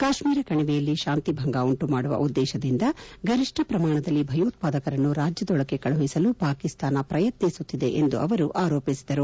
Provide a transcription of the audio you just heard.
ಕಾಶ್ಮೀರ ಕಣಿವೆಯಲ್ಲಿ ಶಾಂತಿ ಭಂಗ ಉಂಟು ಮಾಡುವ ಉದ್ದೇಶದಿಂದ ಗರಿಷ್ಠ ಪ್ರಮಾಣದಲ್ಲಿ ಭಯೋತ್ಪಾದಕರನ್ನು ರಾಜ್ಯದೊಳಕ್ಕೆ ಕಳುಹಿಸಲು ಪಾಕಿಸ್ತಾನ ಪ್ರಯತ್ನಿಸುತ್ತಿದೆ ಎಂದು ಅವರು ಆರೋಪಿಸಿದರು